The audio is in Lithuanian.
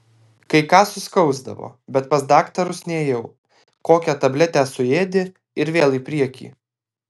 kai ką suskausdavo bet pas daktarus nėjau kokią tabletę suėdi ir vėl į priekį